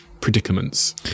predicaments